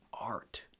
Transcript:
art